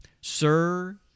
Sir